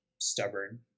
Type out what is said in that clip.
Stubborn